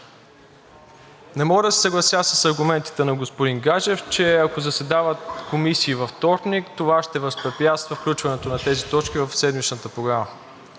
Не мога да се съглася с аргументите на господин Гаджев, че ако заседават комисиите във вторник, това ще възпрепятства включването на тези точки в седмичната програма.